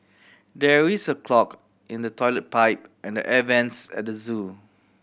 there is a clog in the toilet pipe and air vents at zoo